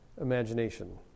imagination